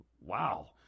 wow